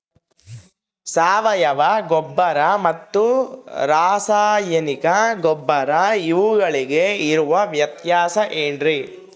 ಸಾವಯವ ಗೊಬ್ಬರ ಮತ್ತು ರಾಸಾಯನಿಕ ಗೊಬ್ಬರ ಇವುಗಳಿಗೆ ಇರುವ ವ್ಯತ್ಯಾಸ ಏನ್ರಿ?